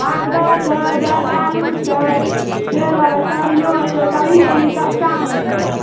मालदह छै जरदालू छै जे लेबै सरहीयो छै सरही कनी सस्तामे मिलत